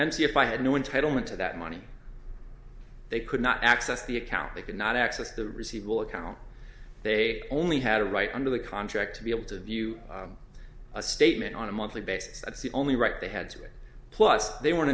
and see if i had no intent on into that money they could not access the account they could not access the receivable account they only had a right under the contract to be able to view a statement on a monthly basis that's the only right they had to it plus they were